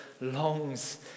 longs